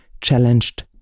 challenged